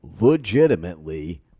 legitimately